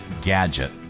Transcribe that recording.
gadget